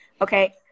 Okay